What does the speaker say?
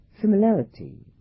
similarity